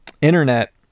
internet